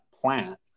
plant